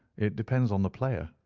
it depends on the player,